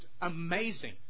amazing